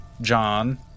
John